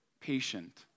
patient